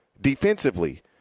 defensively